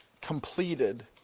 completed